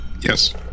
Yes